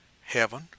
heaven